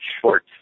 short